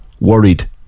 worried